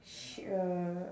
she uh